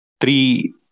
three